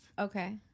Okay